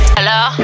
Hello